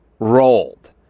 Rolled